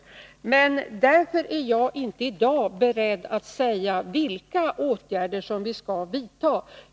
Därför är jag inte i dag beredd att säga vilka åtgärder som vi skall vidta.